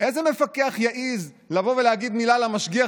איזה מפקח יעז לבוא ולהגיד מילה למשגיח